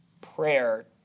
prayer